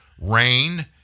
rain